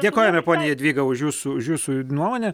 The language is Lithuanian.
dėkojame ponia jadvyga už jūsų už jūsų nuomonę